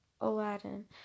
Aladdin